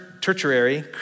tertiary